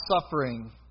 suffering